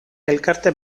elkarte